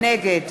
נגד